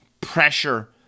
pressure